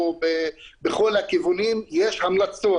או בכל הכיוונים יש המלצות.